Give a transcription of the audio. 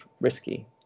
risky